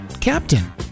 Captain